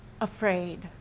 afraid